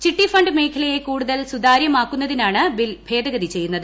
ചിട്ടി ഫണ്ട് മേഖലയെ കൂടുതൽ സുതാര്യമാക്കുന്നതിനാണ് ബിൽ ഭേദഗതി ചെയ്യുന്നത്